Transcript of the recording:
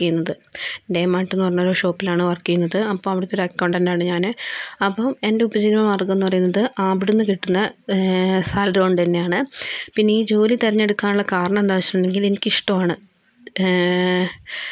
D Mart എന്ന് പറഞ്ഞൊരു ഷോപ്പിലാണ് വർക്ക് ചെയ്യുന്നത് അപ്പം അവിടത്തൊരു അക്കൗണ്ടന്റ് ആണ് ഞാന് അപ്പം എന്റെ ഉപജീവനമാർഗം എന്ന് പറയുന്നത് അവിടുന്ന് കിട്ടുന്ന സാലറി കൊണ്ടുതന്നെയാണ് പിന്നെ ഈ ജോലി തെരഞ്ഞെടുക്കാനുള്ള കാരണം എന്താന്നുവെച്ചിട്ടുണ്ടെങ്കില് എനിക്കിഷ്ടമാണ്